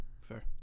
fair